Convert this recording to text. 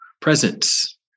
presence